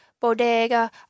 bodega